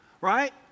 right